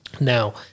Now